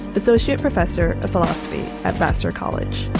associate professor of philosophy at vassar college.